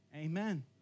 Amen